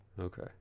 Okay